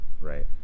right